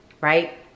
right